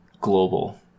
global